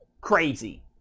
crazy